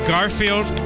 Garfield